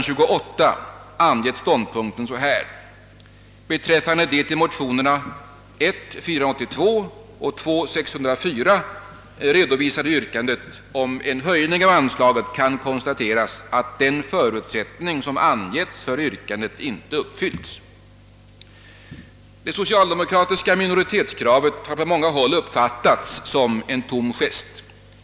28 angett ståndpunkten på följande sätt: »Beträffande det i motionerna I: 482 och II: 604 redovisade yrkande om en höjning av anslaget kan konstateras, att den förutsättning som angetts för yrkandet inte uppfyllts.» Det socialdemokratiska kravet har på många håll uppfattats som en tom gest.